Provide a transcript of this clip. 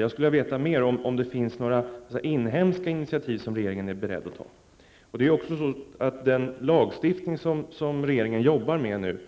Jag skulle vilja veta om regeringen är beredd att ta några inhemska initiativ. De förarbeten och utredningar som gäller den lagstiftning som regeringen nu jobbar med